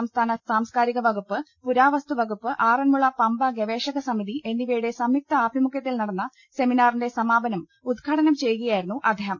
സംസ്ഥാന സാംസ്കാരിക വകുപ്പ് പുരാവസ്തു വകുപ്പ് ആറന്മുള പമ്പ ഗവേഷക സമിതി എന്നിവയുടെ സംയുക്ത ആഭിമുഖ്യത്തിൽ നടന്ന സെമിനാറിന്റെ സമാപനം ഉദ്ഘാടനം ചെയ്യുകയായിരുന്നു അദ്ദേഹം